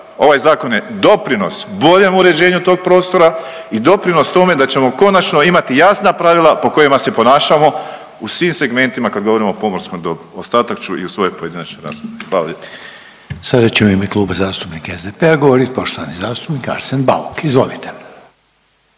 Ovaj zakon je doprinos boljem uređenju tog prostora i doprinos tome da ćemo konačno imati jasna pravila po kojima se ponašamo u svim segmentima kad govorimo o pomorskom dobru. Ostatak ću i u svojoj pojedinačnoj raspravi. Hvala lijepo. **Reiner, Željko (HDZ)** Sada će u ime Kluba zastupnika SDP-a govorit poštovani zastupnik Arsen Bauk. Izvolite.